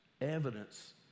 evidence